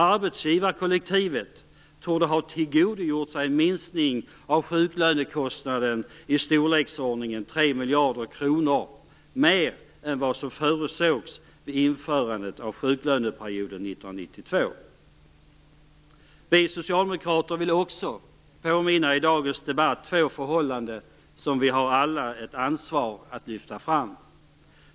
Arbetsgivarkollektivet torde ha tillgodogjort sig en minskning av sjuklönekostnaden i storleksordningen 3 miljarder kronor mer än vad som förutsågs vid införandet av sjuklöneperioden 1992. Vi socialdemokrater vill i dagens debatt också påminna om två förhållanden som vi alla har ett ansvar för att lyfta fram.